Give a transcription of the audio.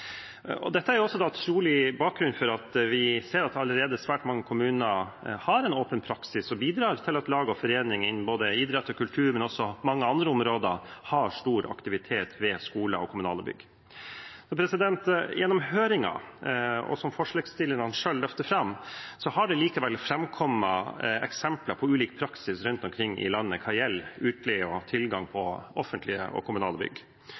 landet. Dette er også trolig bakgrunnen for at vi ser at svært mange kommuner allerede har en åpen praksis og bidrar til at lag og foreninger innen idrett og kultur, men også innen mange andre områder, har stor aktivitet ved skoler og kommunale bygg. Gjennom høringen – og som forslagsstillerne selv løfter fram – har det likevel framkommet eksempler på ulik praksis rundt omkring i landet hva gjelder utleie av og tilgang på offentlige og kommunale bygg.